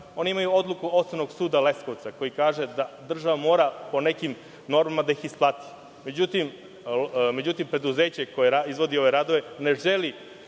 Oni imaju odluku Osnovnog suda Leskovca, koja kaže da država mora po nekim normama da ih isplati. Međutim, preduzeće koje izvodi ove radove ne želi